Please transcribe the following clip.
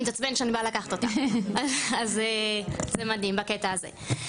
היא מתעצבנת שאני באה לקחת אותה אז זה מדהים בקטע הזה.